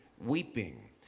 weeping